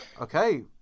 okay